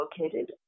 located